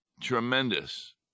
tremendous